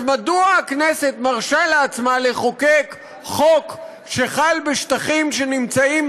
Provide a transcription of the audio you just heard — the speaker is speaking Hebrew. אז מדוע הכנסת מרשה לעצמה לחוקק חוק שחל בשטחים שנמצאים